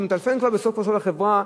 כשהוא מטלפון כבר סוף-כל-סוף לחברה,